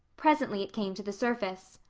presently it came to the surface.